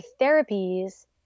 therapies